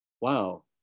wow